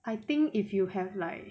I think if you have like